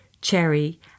Cherry